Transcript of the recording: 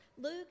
Luke